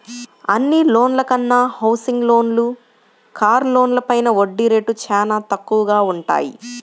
అన్ని లోన్ల కన్నా హౌసింగ్ లోన్లు, కారు లోన్లపైన వడ్డీ రేట్లు చానా తక్కువగా వుంటయ్యి